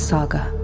Saga